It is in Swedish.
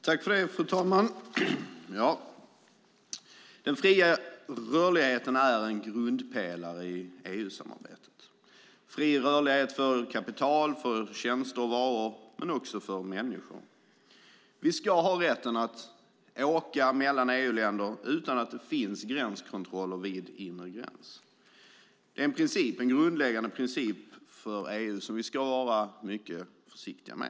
Fru talman! Den fria rörligheten är en grundpelare i EU-samarbetet. Det handlar om fri rörlighet för kapital, varor och tjänster och också för människor. Vi ska ha rätten att åka mellan EU-länder utan att det finns gränskontroller vid de inre gränserna. Det är en grundläggande princip för EU som vi ska vara mycket försiktiga med.